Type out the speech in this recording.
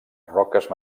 roques